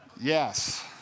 Yes